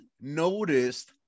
noticed